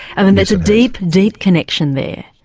and there's a deep, deep connection there.